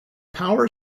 power